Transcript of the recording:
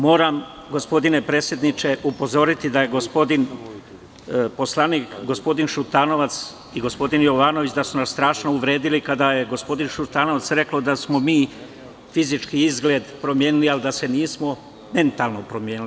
Moram gospodine predsedniče, upozoriti da je gospodin poslanik Šutanovac, i gospodin Jovanović, su nas strašno uvredili, kada je gospodin Šutanovac rekao da smo mi fizički izgled promenili, ali da se nismo mentalno promenili.